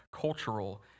cultural